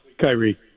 Kyrie